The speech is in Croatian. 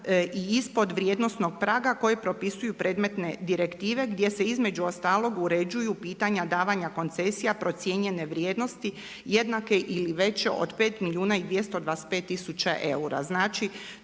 i ispod vrijednosnog praga koji propisuju predmetne direktive gdje se između ostalog uređuju pitanja davanja koncesija procijenjene vrijednosti jednake ili veće od pet milijuna i 225 tisuća eura.